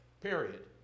Period